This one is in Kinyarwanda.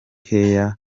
nkeya